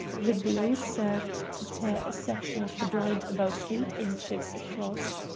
the blow served to tear a section of the blind about eight inches across.